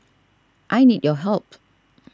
I need your help